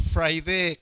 Friday